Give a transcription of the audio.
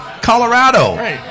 Colorado